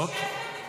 מוסרות.